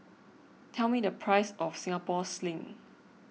tell me the price of Singapore Sling